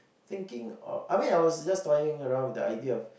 thinking of I mean I was just toying around with the idea of